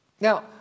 Now